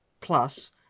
plus